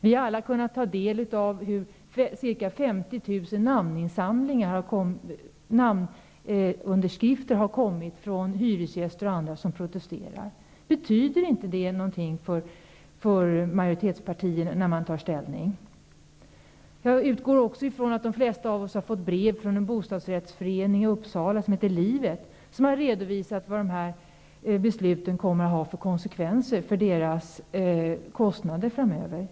Vi har alla kunnat ta del av ca 50 000 namnunderskrifter från hyresgäster och andra som protesterar. Betyder inte detta någonting för majoritetspartierna när de skall ta ställning? Jag utgår också ifrån att de flesta av oss har fått brev från en bostadsförening i Uppsala, som heter Livet. I brevet redovisar man vad dessa beslut kommer att ha för konsekvenser för föreningens kostnader framöver.